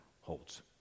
holds